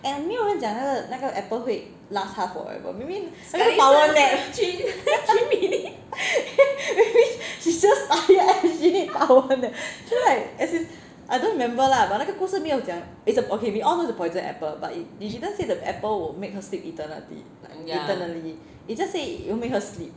and 没有人讲那个那个 apple 会 last 她 forever maybe power nap she's just tired and she need power nap as in I don't remember lah but 那个故事没有讲 it's a we all know it's a poison apple but it they didn't say the apple will make her sleep eternity like eternally it just say will make her sleep